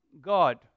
God